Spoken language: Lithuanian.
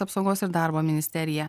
apsaugos ir darbo ministeriją